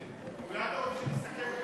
אולי אתה רוצה שנסכם את הדיון?